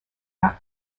not